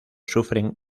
sufren